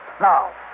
Now